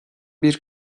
bir